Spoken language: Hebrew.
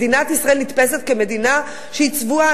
מדינת ישראל נתפסת כמדינה שהיא צבועה,